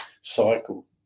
cycle